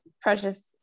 precious